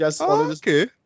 Okay